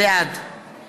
בעד